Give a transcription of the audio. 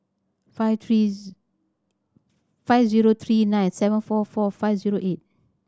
five three five zero three nine seven four four five zero eight